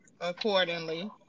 accordingly